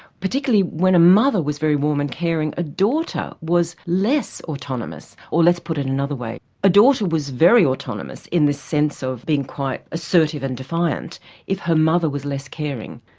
particularly when a mother was very warm and caring a daughter was less autonomous. or let's put it another way a daughter was very autonomous in the sense of being quite assertive and defiant if her mother was less caring.